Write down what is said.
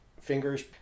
fingers